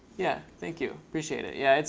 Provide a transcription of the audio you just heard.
yeah, thank you, appreciate it. yeah.